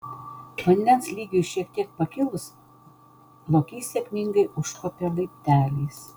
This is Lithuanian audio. vandens lygiui šiek tiek pakilus lokys sėkmingai užkopė laipteliais